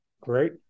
Great